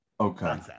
okay